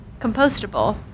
compostable